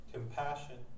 Compassion